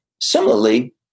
Similarly